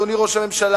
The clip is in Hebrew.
אדוני ראש הממשלה,